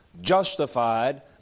justified